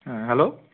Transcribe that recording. হ্যাঁ হ্যালো